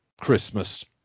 Christmas